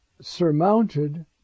surmounted